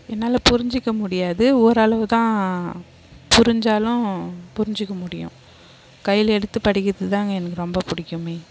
என்னால் புரிஞ்சிக்க முடியாது ஓரளவு தான் புரிஞ்சாலும் புரிஞ்சிக்க முடியும் கையில் எடுத்து படிக்கிறது தாங்க எனக்கு ரொம்ப பிடிக்குமே